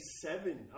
seven